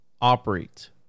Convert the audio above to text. operate